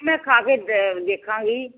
ਮੈਂ ਖਾ ਕੇ ਦੇਖਾਂਗੀ ਜੀ